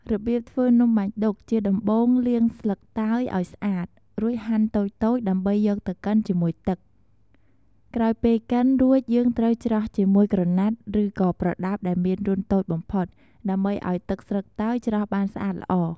រប្រៀបធ្វើនំបាញ់ឌុកជាដំបូងលាងស្លឹកតើយឲ្យស្អាតរួចហាន់តូចៗដើម្បីយកទៅកិនជាមួយទឹកក្រោយពេលកិនរួចយើងត្រូវច្រោះជាមួយក្រណាត់ឬក៏ប្រដាប់ដែលមានរន្ធតូចបំផុតដើម្បីឲ្យទឹកស្លឹកតើយច្រោះបានស្អាតល្អ។